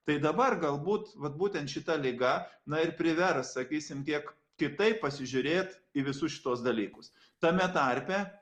tai dabar galbūt vat būtent šita liga na ir privers sakysime kiek kitaip pasižiūrėt į visus šituos dalykus tame tarpe